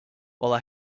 while